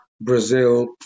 Brazil